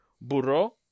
burro